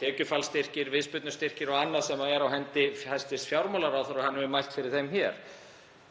tekjufallsstyrkir, viðspyrnustyrkir og annað sem er á hendi hæstv. fjármálaráðherra og hann hefur mælt fyrir þeim hér.